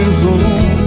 home